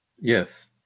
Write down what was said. Yes